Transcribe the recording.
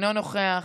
אינו נוכח,